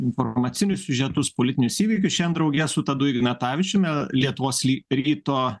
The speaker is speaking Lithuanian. informacinius siužetus politinius įvykius šiandien drauge su tadu ignatavičiumi lietuvos ryto